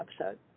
episode